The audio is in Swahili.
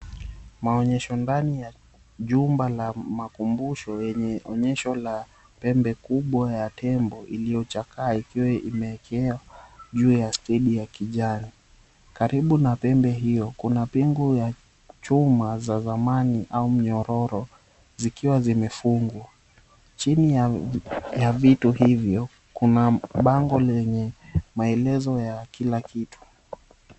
Maonyesho ndani ya jumba la makumbusho yenye onyesho la pembe kubwa ya tembo iliyochakaa ikiwa imeekwa juu ya stedi ya kijani. Karibu na pembe hiyo kuna pingu ya chuma za zamani ama nyororo zikiwa zimefungwa. Chini ya vitu hivyo kuna bango lenye maelezo ya kila kitu.